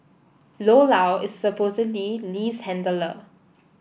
Lo Lao is supposedly Lee's handler